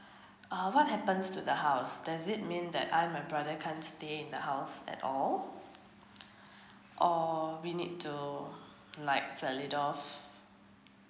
uh what happens to the house does it mean that I my brother can't stay in the house at all or we need to like sell it off